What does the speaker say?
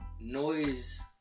noise